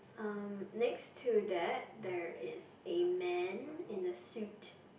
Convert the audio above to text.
um next to that there is a man in a suit